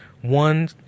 One